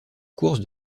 course